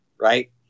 Right